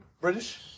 British